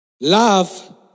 Love